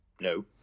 No